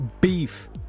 beef